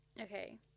Okay